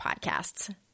podcasts